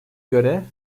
göre